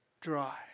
dry